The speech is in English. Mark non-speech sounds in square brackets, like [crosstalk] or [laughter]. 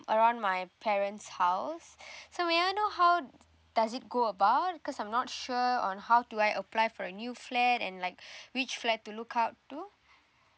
around my parent's house [breath] so may I know how does it go about cause I'm not sure on how do I apply for a new flat and like [breath] which flat to look out to